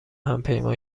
همپیمان